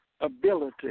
ability